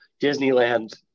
Disneyland